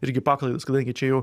irgi paklaidos kadangi čia jau